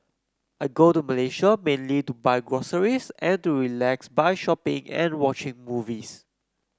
I go to Malaysia mainly to buy groceries and to relax by shopping and watching movies